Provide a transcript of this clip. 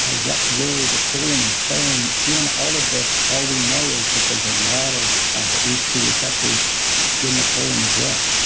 ah what role the colon is playing in all of this? all we know is that there's a lot of of ace two receptors in the colon as well